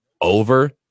over